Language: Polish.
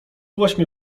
właśnie